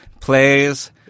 plays